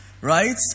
right